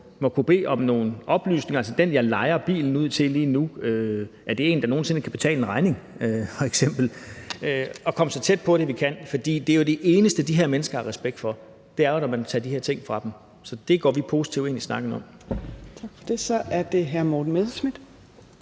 må kunne bede om nogle oplysninger, altså f.eks. spørge: Er den, jeg lejer bilen ud til lige nu, en, der nogen sinde vil kunne betale en regning? Vi må komme så tæt på det, vi kan, for det er jo det eneste, de her mennesker har respekt for: at man tager de her ting fra dem. Så det går vi positivt ind i snakken om. Kl. 16:23 Fjerde næstformand